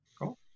Cool